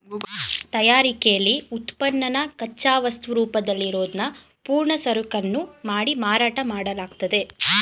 ತಯಾರಿಕೆಲಿ ಉತ್ಪನ್ನನ ಕಚ್ಚಾವಸ್ತು ರೂಪದಲ್ಲಿರೋದ್ನ ಪೂರ್ಣ ಸರಕನ್ನು ಮಾಡಿ ಮಾರಾಟ ಮಾಡ್ಲಾಗ್ತದೆ